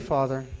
Father